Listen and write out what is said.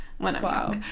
Wow